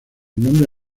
nombre